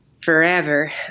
forever